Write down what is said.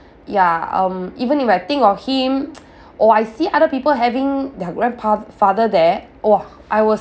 ya um even if I think of him or I see other people having their grandpa father there !wah! I will